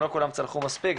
לא כולם צלחו מספיק,